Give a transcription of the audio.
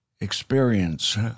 experience